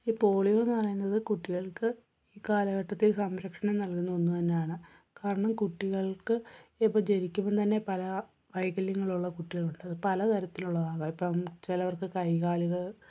ഈ പോളിയോ എന്ന് പറയുന്നത് കുട്ടികൾക്ക് ഈ കാലഘട്ടത്തിൽ സംരക്ഷണം നൽകുന്ന ഒന്നു തന്നെ ആണ് കാരണം കുട്ടികൾക്ക് ഇപ്പം ജനിക്കുമ്പം തന്നെ പല വൈകല്യങ്ങളുള്ള കുട്ടികളുണ്ട് പല തരത്തിലുള്ളത് ആകാം ഇപ്പം ചിലർക്ക് കൈകാലുകൾ